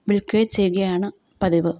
വിൽക്കുകയോ ചെയ്യുകയാണ് പതിവ്